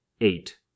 Eight